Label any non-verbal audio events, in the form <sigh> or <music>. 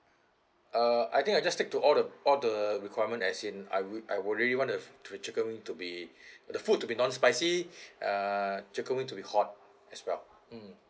uh I think I just stick to all the all the requirement as in I would I already want the the chicken to be <breath> the food to be non-spicy <breath> err chicken wing to be hot as well mm